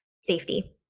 safety